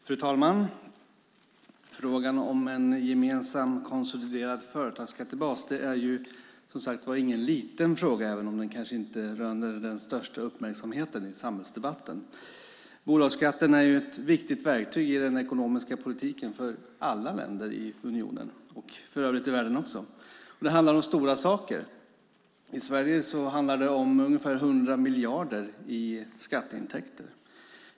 Fru talman! Frågan om en gemensam konsoliderat företagsskattebas är ingen liten fråga även om den kanske inte röner den största uppmärksamheten i samhällsdebatten. Bolagsskatten är ett viktigt verktyg i den ekonomiska politiken för alla länder i unionen och för övrigt i världen. Det handlar om stora saker. I Sverige handlar det om ungefär 100 miljarder i skatteintäkter.